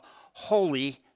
holy